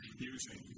using